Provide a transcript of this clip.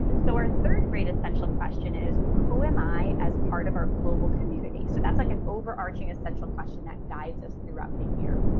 so our third-grade essential question is who am i as part of our global community? so that's like an overarching, essential question that guides us throughout the year.